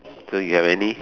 so you have any